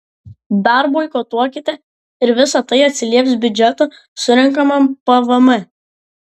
dar boikotuokite ir visa tai atsilieps biudžeto surenkamam pvm